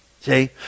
See